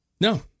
No